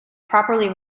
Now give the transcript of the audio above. properly